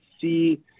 see